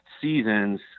seasons